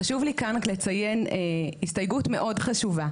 חשוב לי כאן רק לציין הסתייגות מאוד חשובה.